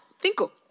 Cinco